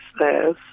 says